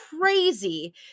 crazy